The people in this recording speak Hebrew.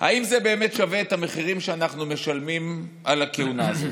האם זה באמת שווה את המחירים שאנחנו משלמים על הכהונה הזאת?